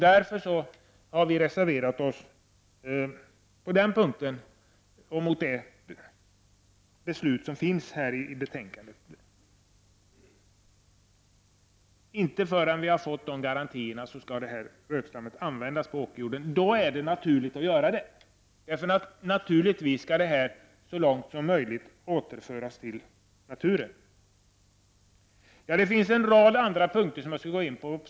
Där har vi reserverat oss. Inte förrän vi har fått sådana garantier skall rötslam få användas på åkerjord. Då är det naturligt att göra det, för naturligtvis skall det så långt det är möjligt återföras till naturen. Det finns en rad andra punkter som jag skulle vilja gå in på.